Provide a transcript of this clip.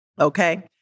Okay